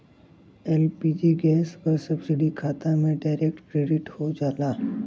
LPG gas क subsidy खाता में डायरेक्ट क्रेडिट हो जाला